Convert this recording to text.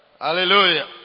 Hallelujah